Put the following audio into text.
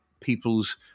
people's